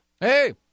hey